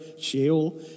Sheol